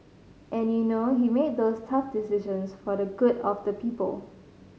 and you know he made those tough decisions for the good of the people